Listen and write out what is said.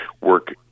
work